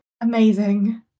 Amazing